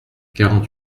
quarante